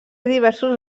diversos